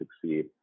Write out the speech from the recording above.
succeed